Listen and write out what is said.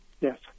Yes